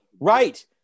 right